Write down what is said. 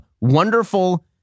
wonderful